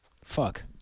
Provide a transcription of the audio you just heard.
Fuck